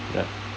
yup